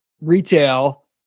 retail